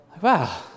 Wow